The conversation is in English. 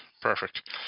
perfect